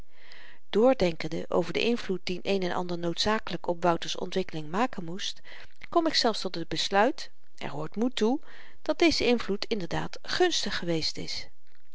drdenkende over den invloed dien een en ander noodzakelyk op wouter's ontwikkeling maken moest kom ik zelfs tot het besluit er hoort moed toe dat deze invloed inderdaad gunstig geweest is